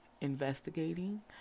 investigating